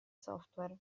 software